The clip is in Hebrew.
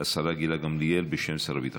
השרה גילה גמליאל, בשם שר הביטחון.